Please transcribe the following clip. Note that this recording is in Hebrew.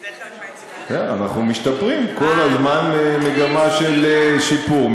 כן, אנחנו משתפרים, כל הזמן במגמה של שיפור.